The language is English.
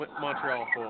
Montreal